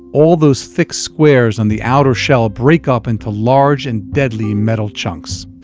all those thick squares on the outer shell break up into large and deadly metal chunks.